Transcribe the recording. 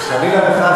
חלילה וחס,